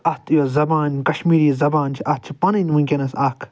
اتھ یۄس زبان کشمیٖری زبان چھِ اتھ چھِ پنٕنۍ وٕنکٮ۪نس اکھ